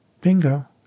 Bingo